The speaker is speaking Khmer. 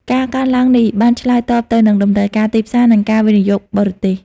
ការកើនឡើងនេះបានឆ្លើយតបទៅនឹងតម្រូវការទីផ្សារ និងការវិនិយោគបរទេស។